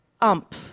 Ump